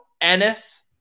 Ennis